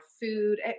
food